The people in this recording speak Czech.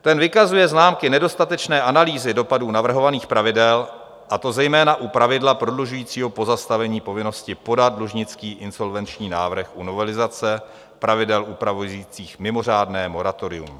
Ten vykazuje známky nedostatečné analýzy dopadů navrhovaných pravidel, a to zejména u pravidla prodlužujícího pozastavení povinnosti podat dlužnický insolvenční návrh u novelizace pravidel upravujících mimořádné moratorium.